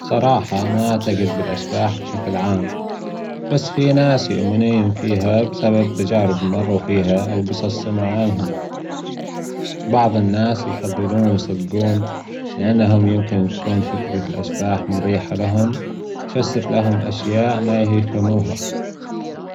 بصراحة ما أعتجد بالأشباح بشكل عام، بس في ناس يؤمنون فيها بسبب تجارب مروا فيها أو جصص سمعوا عنها، بعض الناس يفضلون يصدجون لأنهم يمكن تكون فكرة الاشباح مريحة لهم، تفسر لهم أشياء ما هي يفهموها